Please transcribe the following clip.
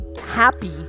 happy